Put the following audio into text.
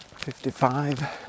55